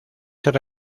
ser